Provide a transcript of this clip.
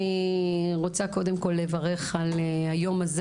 אני רוצה קודם כל לברך על היום הזה